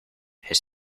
his